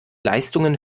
leistungen